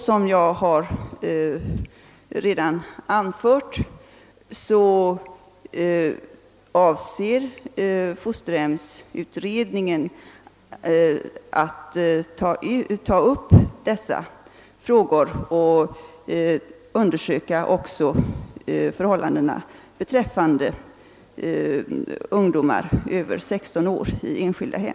Som jag redan har anfört avser fosterhemsutredningen att ta upp dessa frågor och undersöka även förhållandena beträffande ungdomar över 16 år i enskilda hem.